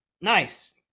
Nice